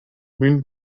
мин